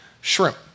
shrimp